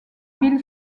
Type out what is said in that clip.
bill